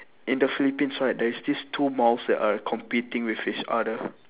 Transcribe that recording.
in the philippines right there is these two malls that are competing with each other